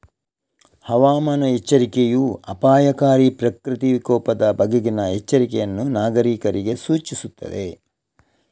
ಹವಾಮಾನ ಎಚ್ಚರಿಕೆಯೂ ಅಪಾಯಕಾರಿ ಪ್ರಕೃತಿ ವಿಕೋಪದ ಬಗೆಗಿನ ಎಚ್ಚರಿಕೆಯನ್ನು ನಾಗರೀಕರಿಗೆ ಸೂಚಿಸುತ್ತದೆ